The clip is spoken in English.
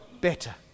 better